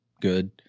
Good